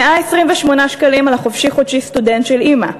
128 שקלים על החופשי-חודשי סטודנט של אימא.